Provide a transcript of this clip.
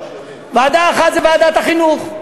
ועדה אחת זו ועדת החינוך,